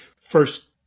first